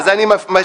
אז אני משנה.